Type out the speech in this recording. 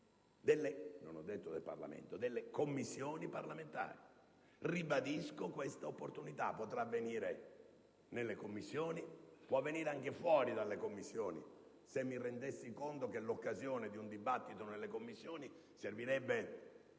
non ho detto del Parlamento - delle Commissioni parlamentari. Ribadisco questa opportunità: potrà avvenire nelle Commissioni; può avvenire anche fuori da esse qualora mi rendessi conto che l'occasione di un dibattito al loro interno servirebbe